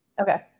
Okay